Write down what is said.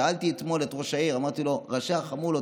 שאלתי אתמול את ראש העיר ואמרתי לו: ראשי החמולות,